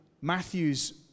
Matthew's